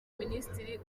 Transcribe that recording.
minisitiri